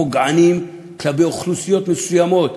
פוגעניים כלפי אוכלוסיות מסוימות.